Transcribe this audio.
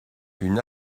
une